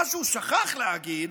מה שהוא שכח להגיד